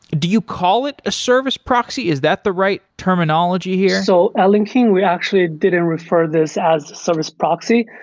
do you call it a service proxy? is that the right terminology here? so at linkedin, we actually didn't refer this as service proxy,